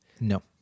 No